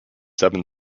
seven